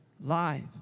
Life